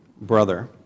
brother